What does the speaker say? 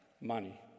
money